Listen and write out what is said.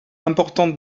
importante